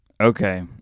okay